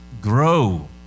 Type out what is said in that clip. grow